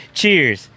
cheers